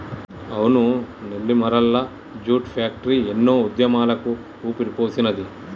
అవును Nellimarla jute factory ఎన్నో ఉద్యమాలకు ఊపిరిపోసినాది